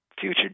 future